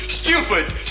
stupid